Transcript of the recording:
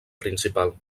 principal